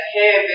hey